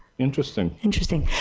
interesting? interesting?